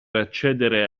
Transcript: accedere